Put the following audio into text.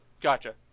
Gotcha